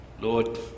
Lord